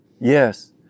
Yes